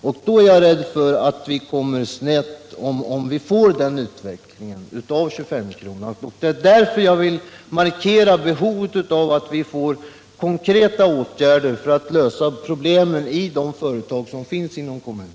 Om vi får den utvecklingen är jag rädd för att vi kommer snett, och det är därför jag vill markera behovet av konkreta åtgärder för en lösning av problemen i de företag som finns inom kommunen.